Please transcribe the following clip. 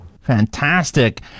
Fantastic